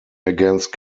against